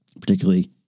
particularly